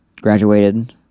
Graduated